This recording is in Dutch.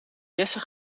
jesse